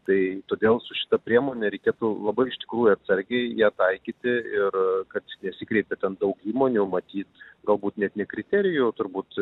tai todėl su šita priemone reikėtų labai iš tikrųjų atsargiai ją taikyti ir kad nesikreipė ten daug įmonių matyt galbūt net ne kriterijų turbūt